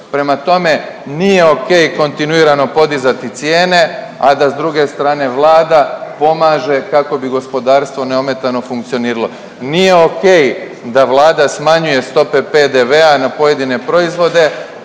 Prema tome, nije ok kontinuirano podizati cijene, a da s druge strane Vlada pomaže kako bi gospodarstvo neometano funkcioniralo. Nije ok da Vlada smanjuje stope PDV-a na pojedine proizvode,